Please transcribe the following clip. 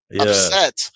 upset